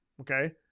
okay